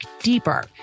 deeper